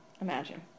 imagine